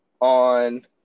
on